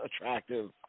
attractive